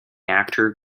actor